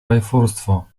rajfurstwo